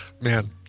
man